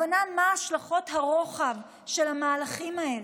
הבנה מה השלכות הרוחב של המהלכים האלה.